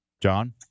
John